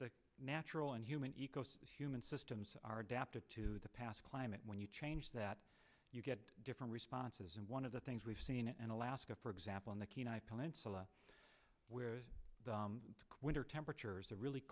the natural and human human systems are adapted to the past climate when you change that you get different responses and one of the things we've seen and alaska for example on the kenai peninsula where winter temperatures are really